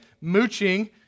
Mooching